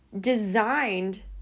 designed